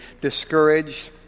discouraged